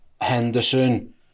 Henderson